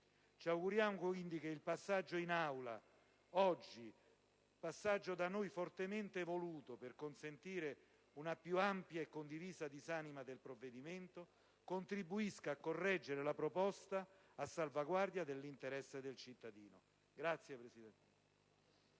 Ci auguriamo, quindi, che l'odierno passaggio in Aula, da noi fortemente voluto per consentire una più ampia e condivisa disamina del provvedimento, contribuisca a correggere la proposta, a salvaguardia dell'interesse del cittadino. *(Applausi